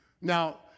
Now